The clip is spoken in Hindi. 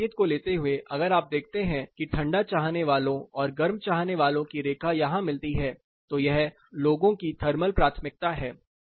इस संकेत को लेते हुए अगर आप देखते हैं कि ठंडा चाहने वालों और गर्म चाहने वालों की रेखा यहां मिलती है तो यह लोगों की थर्मल प्राथमिकता है